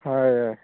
ହୁଏ